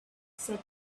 said